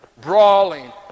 brawling